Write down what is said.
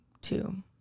two